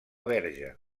verge